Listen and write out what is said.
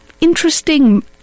interesting